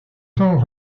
temps